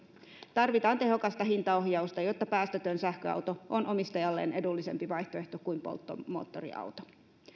tarvitaan tehokasta hintaohjausta jotta päästötön sähköauto on omistajalleen edullisempi vaihtoehto kuin polttomoottoriauto